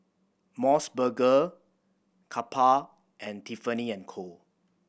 Mos Burger Kappa and Tiffany and Co